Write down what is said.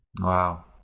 Wow